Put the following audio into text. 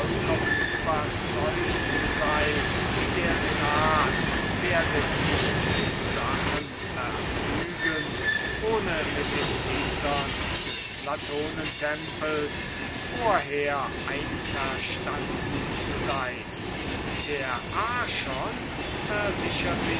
überzeugt sei daß der senat nichts in sachen weiter verfügen werde ohne mit den priestern des latonentempels vorher einverstanden zu sein der archon versicherte